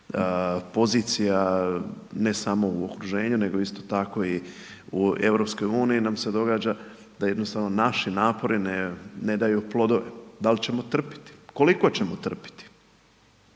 pozicija ne samo u okruženju nego isto tako i u Europskoj uniji, nam se događa da jednostavno naši napori ne daju plodove, dal' ćemo trpiti, koliko ćemo trpiti,